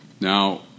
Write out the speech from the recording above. Now